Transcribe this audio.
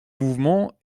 mouvements